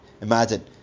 Imagine